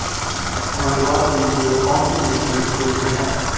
मंडुवा के लिए कौन सी मिट्टी उपयुक्त है?